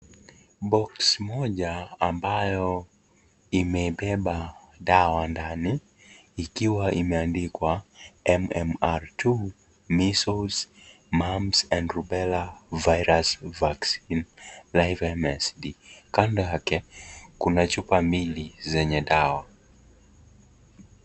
Boksi moja ambayo imebeba dawa ndani ikiwa imeandikwa MMR II measles mumps and rubella virus vaccine life MSD . kando yake kuna chupa mbili zenye dawa.